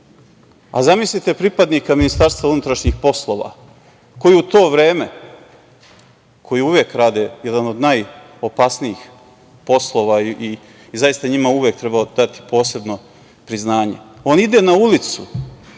Zamislite pripadnika MUP-a koji u to vreme, koji uvek rade jedan od najopasnijih poslova i zaista njima uvek treba dati posebno priznanje, on ide na ulicu